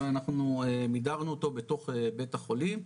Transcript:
אז אנחנו מידרנו אותו בתוך בית החולים.